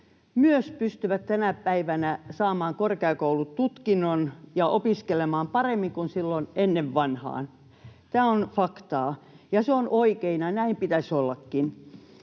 lapset pystyvät tänä päivänä saamaan korkeakoulututkinnon ja opiskelemaan paremmin kuin silloin ennen vanhaan. Tämä on faktaa, ja se on oikein, ja näin pitäisi ollakin.